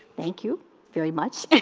thank you very much.